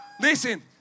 listen